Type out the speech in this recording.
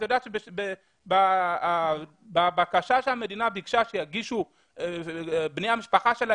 את יודעת שבבקשה שהמדינה ביקשה שיגישו בני המשפחה,